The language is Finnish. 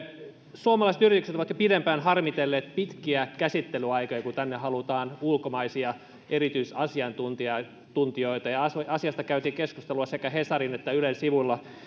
suomalaiset yritykset ovat jo pidempään harmitelleet pitkiä käsittelyaikoja kun tänne halutaan ulkomaisia erityisasiantuntijoita ja asiasta käytiin keskustelua sekä hesarin että ylen sivuilla